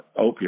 opioid